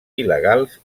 il·legals